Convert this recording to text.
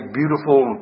beautiful